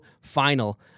final